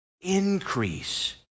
increase